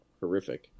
horrific